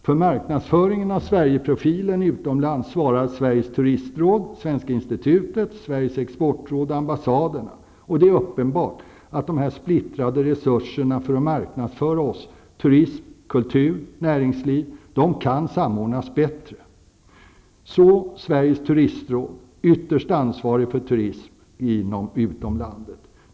För marknadsföringen av Sverigeprofilen utomlands svarar Sveriges Turistråd, Svenska Det är uppenbart att de här splittrade resurserna för att marknadsföra oss, vår turism, vår kultur och vårt näringsliv kan samordnas bättre. Så till Sveriges Turistråd, som är ytterst ansvarigt för turism inom och utom landet.